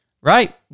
right